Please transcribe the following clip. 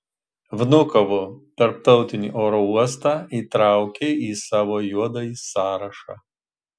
vnukovo tarptautinį oro uostą įtraukė į savo juodąjį sąrašą